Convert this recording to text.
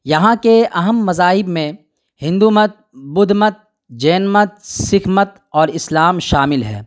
یہاں کے اہم مذاہب میں ہندو مت بدھ مت جین مت سکھ مت اور اسلام شامل ہیں